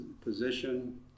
position